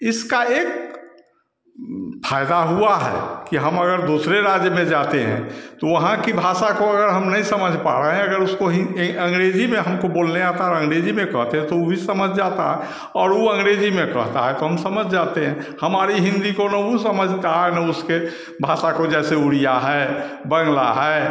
इसका एक फ़ायदा हुआ है कि हम अगर दूसरे राज्य में जाते हैं तो वहाँ की भाषा को अगर हम नही समझ पा रहे हैं अगर उसको अंग्रेज़ी में हमको बोलने आता और अंग्रेजी में कहते तो वह भी समझ जाता और वह अंग्रेज़ी में कहता है तो हम समझ जाते हैं हमारी हिन्दी को ना वह समझता है ना उसके भाषा को जैसे उड़िया है बंग्ला है